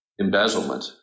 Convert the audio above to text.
embezzlement